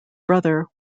brother